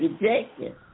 rejected